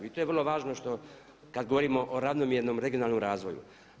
I to je vrlo važno što kad govorimo o ravnomjernom regionalnom razvoju.